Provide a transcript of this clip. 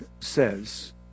says